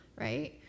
right